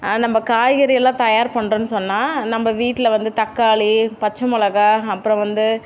நம்ம காய்கறியெல்லாம் தயார் பண்ணுறேன்னு சொன்னால் நம்ம வீட்டில் வந்து தக்காளி பச்சை மிளகா அப்புறம் வந்து